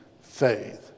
faith